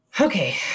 Okay